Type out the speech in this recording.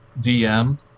DM